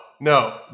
no